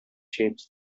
shapes